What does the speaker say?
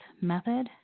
method